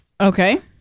Okay